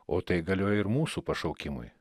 o tai galioja ir mūsų pašaukimui